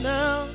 now